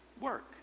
Work